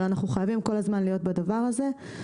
אבל אנחנו חייבים כל הזמן להיות בדבר הזה.